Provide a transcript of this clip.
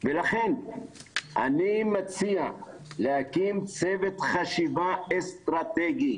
ולכן אני מציע להקים צוות חשיבה אסטרטגי